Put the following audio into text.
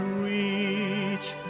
reach